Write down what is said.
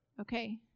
Okay